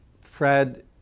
Fred